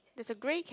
there's a grey cat